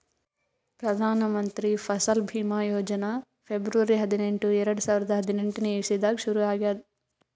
Pradhan Mantri Fasal Bima Yojana February ಹದಿನೆಂಟು, ಎರಡು ಸಾವಿರದಾ ಹದಿನೆಂಟನೇ ಇಸವಿದಾಗ್ ಶುರು ಆಗ್ಯಾದ್